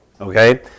Okay